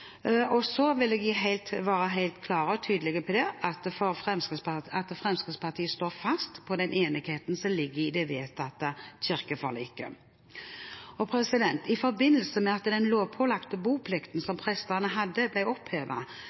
siden. Så vil jeg være helt klar og tydelig på at Fremskrittspartiet står fast på den enigheten som ligger i det vedtatte kirkeforliket. I forbindelse med at den lovpålagte boplikten som prestene hadde,